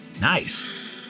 Nice